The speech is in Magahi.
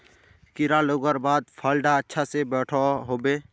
कीड़ा लगवार बाद फल डा अच्छा से बोठो होबे?